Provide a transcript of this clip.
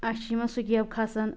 اسہِ چھِ یِمَن سکیب کھَسان